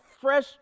fresh